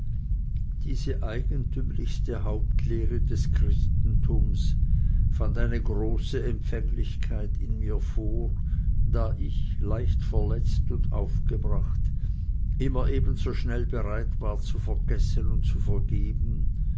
diese eigentümlichste hauptlehre des christentums fand eine große empfänglichkeit in mir vor da ich leicht verletzt und aufgebracht immer ebenso schnell bereit war zu vergessen und zu vergeben